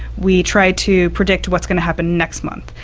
we try to predict what's going to happen next month.